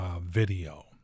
video